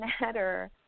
matter